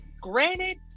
Granted